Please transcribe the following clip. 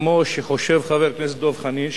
כמו שחושב חבר הכנסת דב חנין,